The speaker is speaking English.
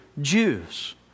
Jews